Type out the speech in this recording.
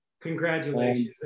Congratulations